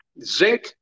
zinc